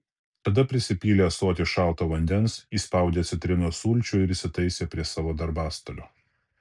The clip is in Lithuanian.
tada prisipylė ąsotį šalto vandens įspaudė citrinos sulčių ir įsitaisė prie savo darbastalio